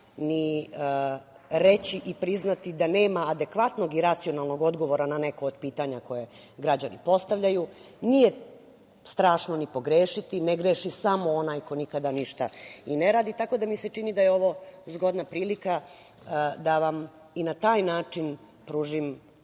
ni reći i priznati da nema adekvatnog i racionalnog odgovora na neko od pitanja koje građani postavljaju, nije strano ni pogrešiti, ne greši samo onaj koji nikada ništa i ne radi, tako da mi se čini da je ovo zgodna prilika da vam i na taj način pružim